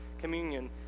communion